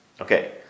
Okay